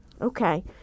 Okay